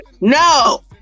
No